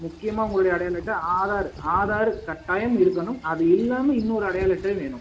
முக்கியமாக உங்களுடைய அடையாள அட்டை ஆதார் ஆதார் கட்டாயம் இருக்கணும் அது இல்லாமல் இன்னொரு அடையாள அட்டையும் வேணும்